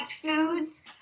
foods